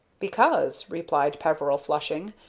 because, replied peveril, flushing,